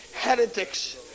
Heretics